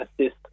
assist